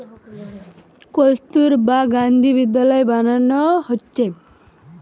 কস্তুরবা গান্ধী বিদ্যালয় বানানা হচ্ছে